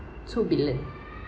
two billion